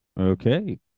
okay